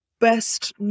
best